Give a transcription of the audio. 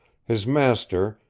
his master,